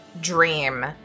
dream